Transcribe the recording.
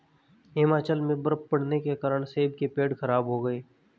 हिमाचल में बर्फ़ पड़ने के कारण सेब के पेड़ खराब हो गए